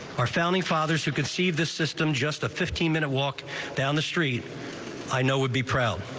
our founding fathers you can see the system just a fifteen minute walk down the street i know would be proud.